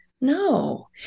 No